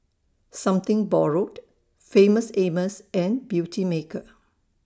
Something Borrowed Famous Amos and Beautymaker